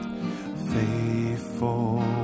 Faithful